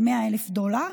ל-100,000 דולר,